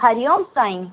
हरिओम साईं